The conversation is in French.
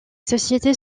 société